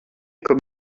comme